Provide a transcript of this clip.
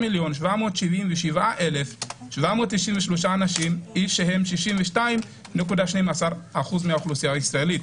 על 5,774,793 איש שהם 62.12% מהאוכלוסייה הישראלית,